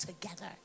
together